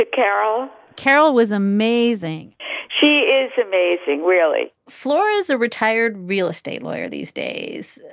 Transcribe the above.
ah carol. carol was amazing she is amazing, really flora is a retired real estate lawyer these days.